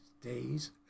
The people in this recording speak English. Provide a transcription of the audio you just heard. days